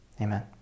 Amen